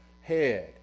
head